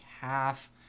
half